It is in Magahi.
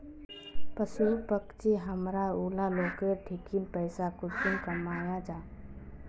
पशु पक्षी हमरा ऊला लोकेर ठिकिन पैसा कुंसम कमाया जा?